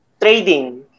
trading